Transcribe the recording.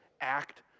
act